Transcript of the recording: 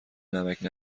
نمکـ